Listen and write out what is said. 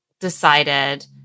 decided